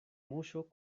muŝo